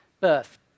birth